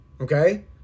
okay